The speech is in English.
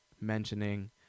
mentioning